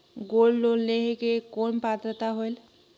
Gold loan लेहे के कौन पात्रता होएल?